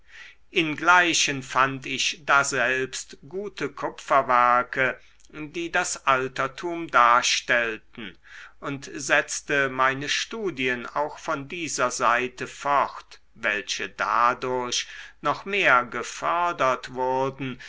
ingleichen fand ich daselbst gute kupferwerke die das altertum darstellten und setzte meine studien auch von dieser seite fort welche dadurch noch mehr gefördert wurden